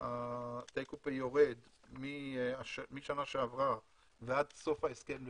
ה-take or pay יורד משנה שעברה ועד סוף ההסכם ל-3,